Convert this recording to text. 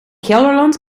gelderland